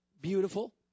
beautiful